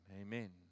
Amen